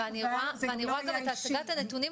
הזמנת אותנו